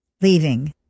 leaving